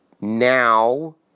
Now